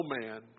man